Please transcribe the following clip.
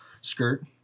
skirt